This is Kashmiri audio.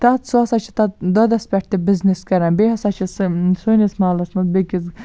تَتھ سُہ ہَسا چھُ تَتھ دۄدَس پٮ۪ٹھ تہِ بِزنِس کَران بیٚیہِ ہَسا چھِ سُہ سٲنِس محلَس مَنز بیٚکِس